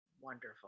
Wonderful